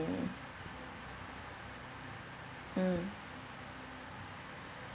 mm mm